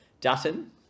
dutton